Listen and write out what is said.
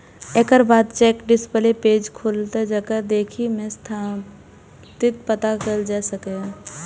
एकर बाद check display page खुलत, जेकरा देखि कें स्थितिक पता कैल जा सकैए